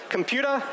Computer